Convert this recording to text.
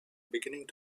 beginning